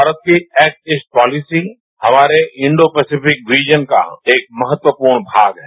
भारत की act east policy हमारे Indo Pacific region का एक महत्वपूर्ण भाग है